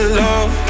love